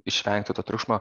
išvengti to triukšmo